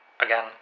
Again